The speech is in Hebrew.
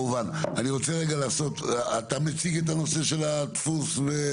אתה מציג את הנושא של הדפוס?